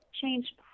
change